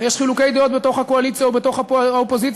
ויש חילוקי דעות בתוך הקואליציה ובתוך האופוזיציה,